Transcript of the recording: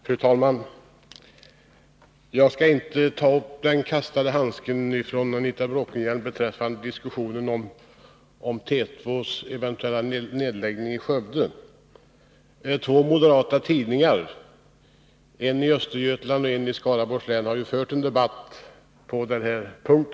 Fru talman! Jag skall inte ta upp den kastade handsken från Anita Bråkenhielm beträffande diskussionen om den eventuella nedläggningen av T2i Skövde. Två moderata tidningar, en i Östergötland och en i Skaraborgs län, har fört en debatt på denna punkt.